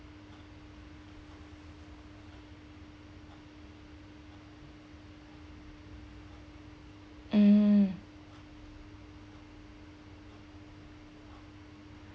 mm